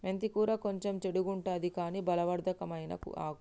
మెంతి కూర కొంచెం చెడుగుంటది కని బలవర్ధకమైన ఆకు